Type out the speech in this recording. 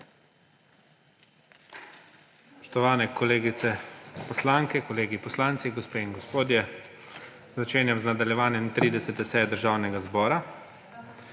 Začenjam nadaljevanje 30. seje Državnega zbora.